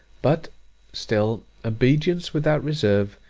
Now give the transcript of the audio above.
but still obedience without reserve,